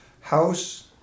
House